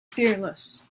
fearless